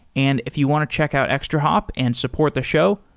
and if you want to check out extrahop and support the show,